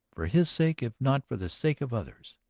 for his sake if not for the sake of others.